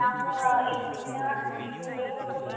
नावनो बिदिनो ओरैनो मुलि